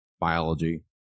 biology